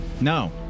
No